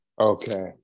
Okay